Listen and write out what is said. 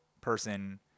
person